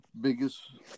biggest